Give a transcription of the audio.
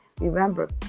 Remember